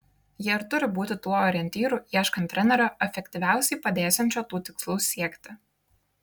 jie ir turi būti tuo orientyru ieškant trenerio efektyviausiai padėsiančio tų tikslų siekti